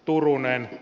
turunen